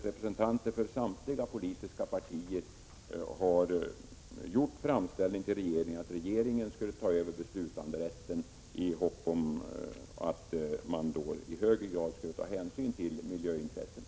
Representanter för samtliga politiska partier har, som jag har framhållit, gjort framställning till regeringen om att den skall ta över beslutanderätten, i hopp om att den i högre grad skulle ta hänsyn till miljöintressena.